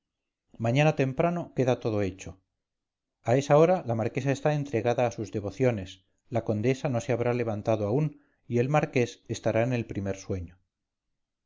mañana temprano queda todo hecho a esa hora la marquesa está entregada a sus devociones la condesa no se habrá levantado aún y el marqués estará en el primer sueño